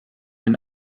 den